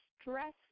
stressful